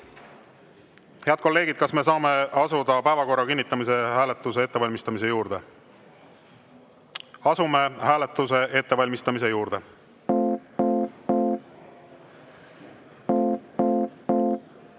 kolleegid, kas me saame asuda päevakorra kinnitamise hääletuse ettevalmistamise juurde? Asume hääletuse ettevalmistamise